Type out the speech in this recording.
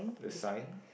the sign